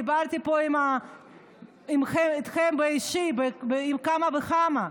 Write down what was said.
דיברתי פה איתכם אישית, עם כמה וכמה.